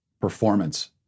performance